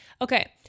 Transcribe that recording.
Okay